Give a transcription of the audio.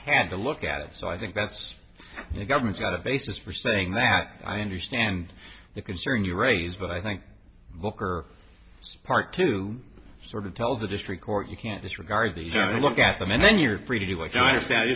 had to look at it so i think that's the government's got a basis for saying that i understand the concern you raise but i think booker part to sort of tell the district court you can't disregard the you know look at them and then you're free to do